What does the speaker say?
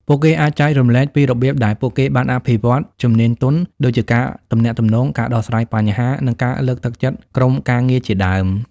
ពួកគេអាចចែករំលែកពីរបៀបដែលពួកគេបានអភិវឌ្ឍជំនាញទន់ ដូចជាការទំនាក់ទំនង ការដោះស្រាយបញ្ហា និងការលើកទឹកចិត្តក្រុមការងារជាដើម។